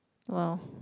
!wow!